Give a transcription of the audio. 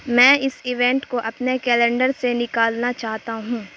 میں اس ایونٹ کو اپنے کیلینڈر سے نکالنا چاہتا ہوں